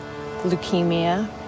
leukemia